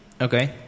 Okay